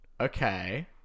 Okay